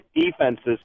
defenses